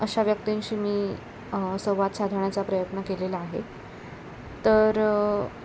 अशा व्यक्तींशी मी संवाद साधण्याचा प्रयत्न केलेला आहे तर